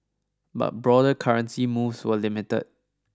but broader currency moves were limited